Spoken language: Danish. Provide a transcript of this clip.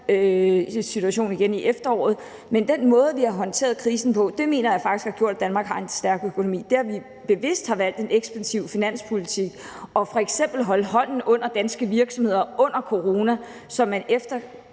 coronasituation igen i efteråret. Men den måde, vi har håndteret krisen på, mener jeg faktisk har gjort, at Danmark har en stærk økonomi. Det, at vi bevidst har valgt en ekspansiv finanspolitik og f.eks. at holde hånden under danske virksomheder under corona, så virksomheder,